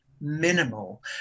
minimal